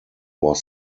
was